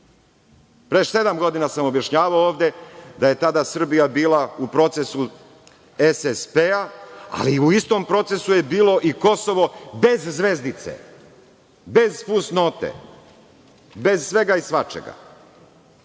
Pre sedam godina sam objašnjavao ovde da je tada Srbija bila u procesu SSP-a, ali u istom procesu je bilo i Kosovo bez zvezdice, bez fusnote, bez svega i svačega. Do